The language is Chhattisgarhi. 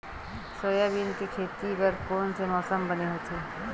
सोयाबीन के खेती बर कोन से मौसम बने होथे?